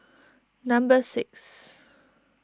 number six